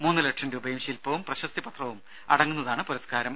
മൂന്ന് ലക്ഷം രൂപയും ശിൽപവും പ്രശസ്തിപത്രവും അടങ്ങുന്നതാണ് പുരസ്കാരം